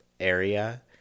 Area